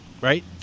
Right